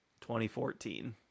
2014